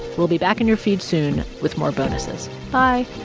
we'll be back in your feed soon with more bonuses. bye